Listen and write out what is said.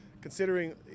Considering